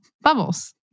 bubbles